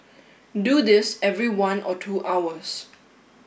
do this every one or two hours